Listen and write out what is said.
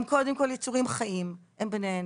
הם קודם כל יצורים חיים, הם בני אנוש.